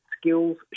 skills